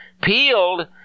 peeled